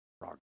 progress